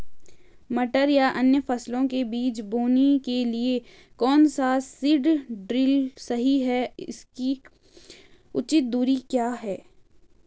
मटर या अन्य फसलों के बीज बोने के लिए कौन सा सीड ड्रील सही है इसकी उचित दूरी क्या है?